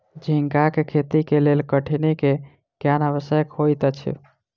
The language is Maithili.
झींगाक खेती के लेल कठिनी के ज्ञान आवश्यक होइत अछि